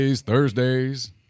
Thursdays